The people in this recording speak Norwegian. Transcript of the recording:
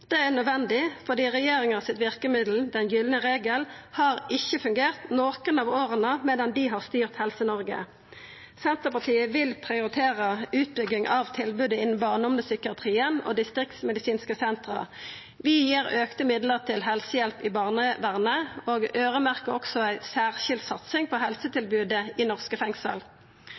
Det er nødvendig fordi regjeringa sitt verkemiddel, den gylne regel, ikkje har fungert i nokon av åra medan dei har styrt Helse-Noreg. Senterpartiet vil prioritera utbygging av tilbodet innan barne- og ungdomspsykiatrien og distriktsmedisinske senter. Vi gir auka midlar til helsehjelp i barnevernet og øyremerkjer også ei særskild satsing på helsetilbodet i norske fengsel.